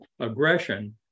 aggression